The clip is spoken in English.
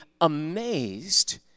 amazed